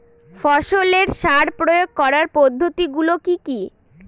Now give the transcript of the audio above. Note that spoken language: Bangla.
ফসলের সার প্রয়োগ করার পদ্ধতি গুলো কি কি?